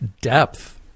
depth—